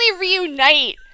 reunite